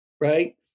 Right